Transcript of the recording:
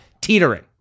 teetering